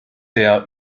der